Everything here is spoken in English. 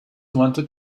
wanted